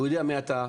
הוא יודע מי אתה,